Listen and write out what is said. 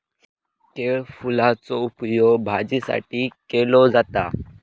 केळफुलाचो उपयोग भाजीसाठी केलो जाता